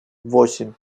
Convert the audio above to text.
восемь